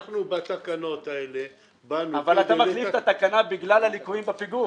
אנחנו בתקנות האלה --- אבל אתה מחליף את התקנה בגלל הליקויים בפיגום.